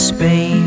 Spain